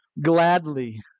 gladly